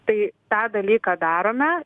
tai tą dalyką darome